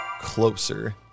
closer